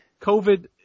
COVID